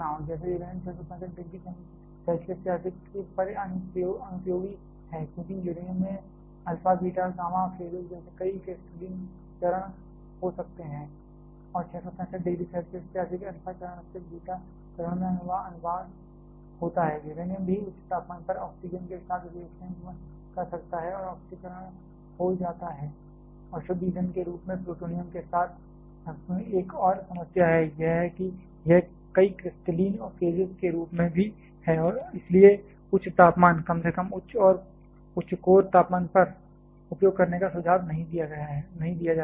जैसे uranium 665 degree Celsius से अधिक पर अनुपयोगी है क्योंकि यूरेनियम में अल्फा बीटा और गामा फेजेस जैसे कई क्रिस्टलीन चरण हो सकते हैं और 665 डिग्री सेल्सियस से अधिक अल्फा चरण से बीटा चरण में अनुवाद होता है यूरेनियम भी उच्च तापमान पर ऑक्सीजन के साथ रिएक्शन कर सकता है और ऑक्सीकरण हो जाता है और शुद्ध ईंधन के रूप में प्लूटोनियम के साथ एक और समस्या यह है कि यह कई क्रिस्टलीन फेजेस के रूप में भी है और इसलिए उच्च तापमान कम से कम उच्च कोर तापमान पर उपयोग करने का सुझाव नहीं दिया जाता है